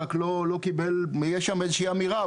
רק יש שם איזושהי אמירה,